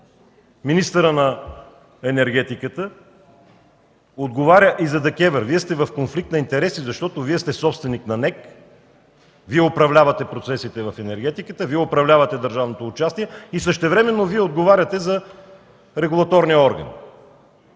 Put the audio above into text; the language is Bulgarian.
министърът на енергетиката да отговаря и за ДКЕВР. Вие сте в конфликт на интереси, защото Вие сте собственик на НЕК, Вие управлявате процесите в енергетиката, Вие управлявате държавното участие и същевременно Вие отговаряте за регулаторния орган.